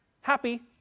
happy